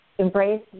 embrace